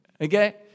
okay